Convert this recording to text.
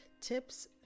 tips